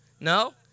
No